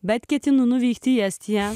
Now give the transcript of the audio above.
bet ketinu nuvykti į estiją